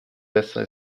besser